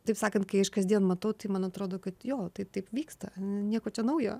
taip sakant kai aš kasdien matau tai man atrodo kad jo tai taip vyksta nieko čia naujo